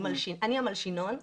אני המלשינון.